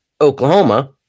Oklahoma